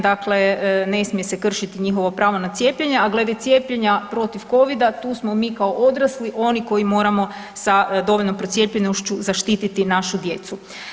Dakle, ne smije se kršiti njihovo pravo na cijepljenje, a glede cijepljenja protiv Covid-a tu smo mi kao odrasli oni koji moramo sa dovoljno procijepljenošću zaštititi našu djecu.